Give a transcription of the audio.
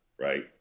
right